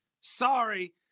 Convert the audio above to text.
Sorry